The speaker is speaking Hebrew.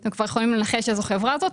אתם כבר יכולים לנחש איזו חברה זאת.